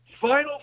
Final